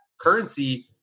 currency